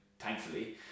thankfully